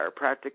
Chiropractic